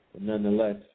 nonetheless